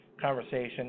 conversation